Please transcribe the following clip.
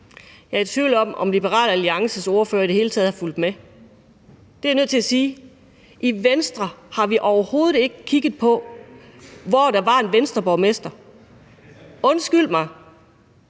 Jeg er i tvivl om, om Liberal Alliances ordfører i det hele taget har fulgt med. Det er jeg nødt til at sige. I Venstre har vi overhovedet ikke kigget på, hvor der var en Venstreborgmester. Undskyld mig,